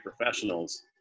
professionals